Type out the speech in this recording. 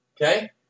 Okay